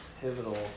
pivotal